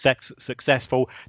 successful